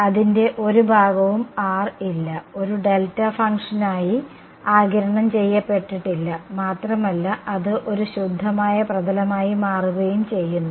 അതിന്റെ ഒരു ഭാഗവും r ഇല്ല ഒരു ഡെൽറ്റ ഫംഗ്ഷനായി ആഗിരണം ചെയ്യപ്പെട്ടിട്ടില്ല മാത്രമല്ല അത് ഒരു ശുദ്ധമായ പ്രതലമായി മാറുകയും ചെയ്യുന്നു